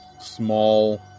small